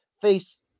face